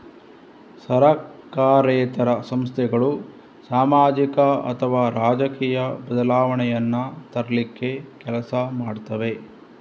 ಸರಕಾರೇತರ ಸಂಸ್ಥೆಗಳು ಸಾಮಾಜಿಕ ಅಥವಾ ರಾಜಕೀಯ ಬದಲಾವಣೆಯನ್ನ ತರ್ಲಿಕ್ಕೆ ಕೆಲಸ ಮಾಡ್ತವೆ